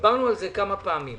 דיברנו על זה כמה פעמים.